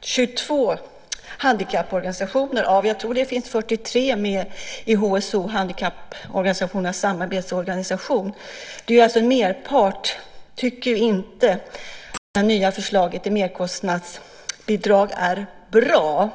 22 handikapporganisationer, alltså en merpart - jag tror att det är 43 handikapporganisationer som är med i Handikappförbundens samarbetsorgan, HSO - tycker inte att det nya förslaget till merkostnadsbidrag är bra.